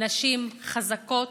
נשים חזקות